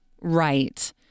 Right